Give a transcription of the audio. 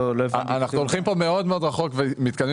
אנחנו הולכים פה מאוד רחוק ומתקדמים